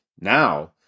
Now